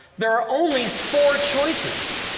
there are only four choices,